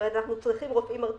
אנחנו צריכים רופאים מרדימים.